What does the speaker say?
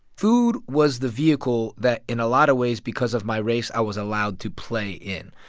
food was the vehicle that in a lot of ways, because of my race, i was allowed to play in.